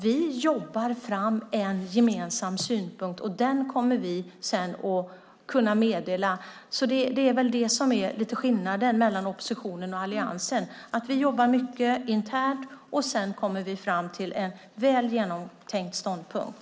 Vi jobbar fram en gemensam syn, och den kommer vi sedan att kunna meddela. Lite av skillnaden mellan oppositionen och Alliansen är att vi jobbar mycket internt, och sedan kommer vi fram till en väl genomtänkt ståndpunkt.